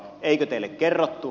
eikö teille kerrottu